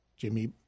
Jimmy